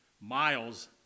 miles